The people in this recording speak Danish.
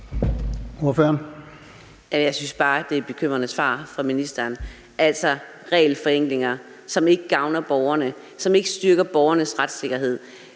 Jeg synes bare, det er et bekymrende svar fra ministeren. Altså, det er regelforenklinger, som ikke gavner borgerne, og som ikke styrker borgernes retssikkerhed.